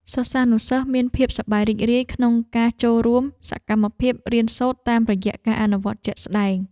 សិស្សានុសិស្សមានភាពសប្បាយរីករាយក្នុងការចូលរួមសកម្មភាពរៀនសូត្រតាមរយៈការអនុវត្តជាក់ស្តែងជានិច្ច។